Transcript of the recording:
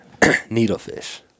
needlefish